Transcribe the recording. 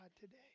today